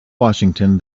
washington